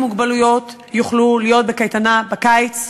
מוגבלויות יוכלו להיות בקייטנה בקיץ?